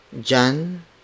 jan